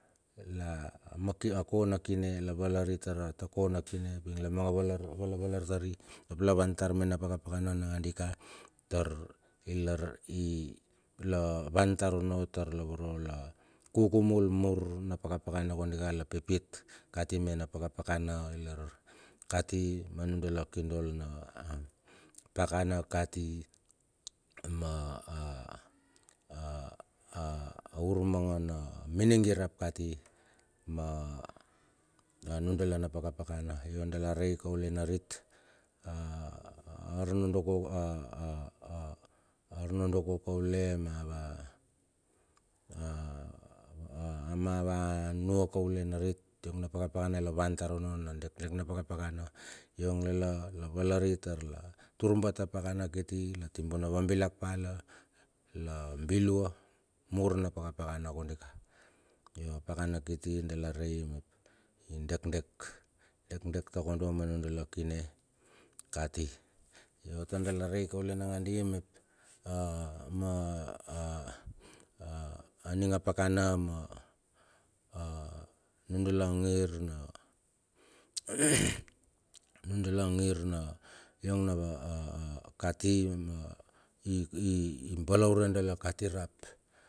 La maki a kona kine la walari tar ta kona kine ping, la manga valavalar tari ap la van tar mena pakapakan nangandika tar, ilar i la van tar onno tar la voro la kukumul mur na pakapakana kodika la pipit kati mena pakapakana ilar kati ma nundala na kidol na pakana kati ma aur mangana minigir rap kati. Ma nundala na pakapakana, yo dala rei kaule narit arnodoko arnodoko kaule ma va anua kaule narit yong na pakapakana la wan tar onno na dekdek na pakapakana yong lalala valari taur la tur bat a pakana kiti, la timbuna vambilak pala la, la bilua mur na pakapakana kondika. Yo a pakana kiti dala rei mep i dekdek dekdek takondo ma nundala kine kati. Yo tar dala rei kaule nangandi mep aninga pakana ma, a nundala ngir na anundala ngir na yong na kati ma ibalaure dala kati rap.